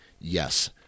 Yes